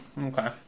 Okay